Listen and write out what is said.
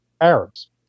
Arabs